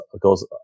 goes